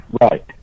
Right